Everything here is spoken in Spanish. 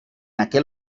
aquel